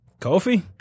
Kofi